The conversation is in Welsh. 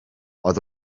oedd